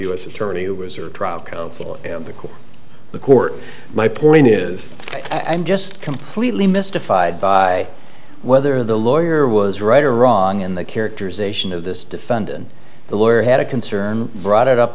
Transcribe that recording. s attorney who was her trial counsel because the court my point is i'm just completely mystified by whether the lawyer was right or wrong in the characterization of this defendant the lawyer had a concern brought it up